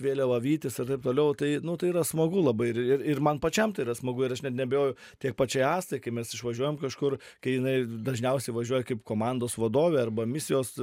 vėliava vytis ir taip toliau tai nu tai yra smagu labai ir ir ir man pačiam tai yra smagu ir aš net neabejoju tiek pačiai astai kai mes išvažiuojam kažkur kai jinai dažniausiai važiuoja kaip komandos vadovė arba misijos